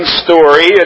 story